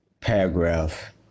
paragraph